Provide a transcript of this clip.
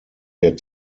der